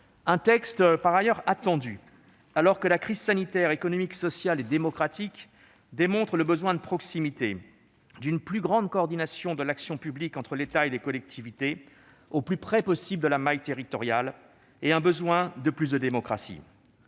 Ce texte était attendu, alors que la crise sanitaire, économique, sociale et démocratique démontre le besoin de proximité, d'une plus grande coordination de l'action publique entre l'État et les collectivités au plus près possible de la maille territoriale, de plus de démocratie.